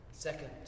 Second